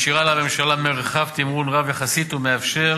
משאירה לממשלה מרחב תמרון רב יחסית ומאפשרת